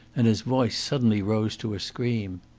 and his voice suddenly rose to a scream.